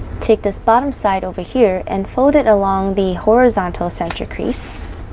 take this bottom side over here and fold it along the horizontal center crease